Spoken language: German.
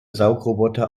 saugroboter